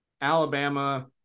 Alabama